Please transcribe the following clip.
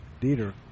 Dieter